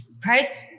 price